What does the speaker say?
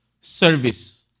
service